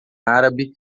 árabe